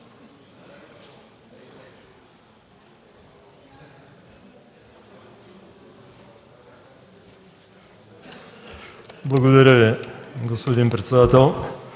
Благодаря, господин председател.